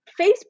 Facebook